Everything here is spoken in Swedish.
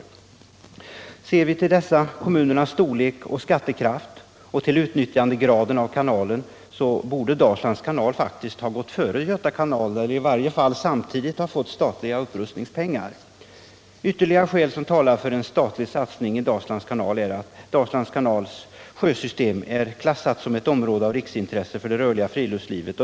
Om man bara ser till dessa kommuners storlek och skattekraft samt till kanalens utnyttjandegrad, så borde Dalslands kanal faktiskt ha gått före Göta kanal, eller i varje fall borde den ha fått statliga upprustningspengar samtidigt. Ytterligare skäl som talar för en statlig satsning på Dalslands kanal är att kanalens sjösystem är klassat som ett område av riksintresse för det rörliga friluftslivet.